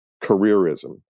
careerism